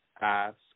ask